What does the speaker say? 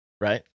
right